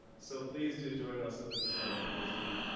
so please do join us up in the front because we,